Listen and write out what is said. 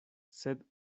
sed